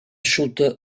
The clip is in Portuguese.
chuta